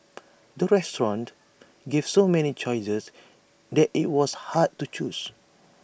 the restaurant gave so many choices that IT was hard to choose